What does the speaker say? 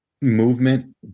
movement